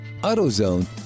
AutoZone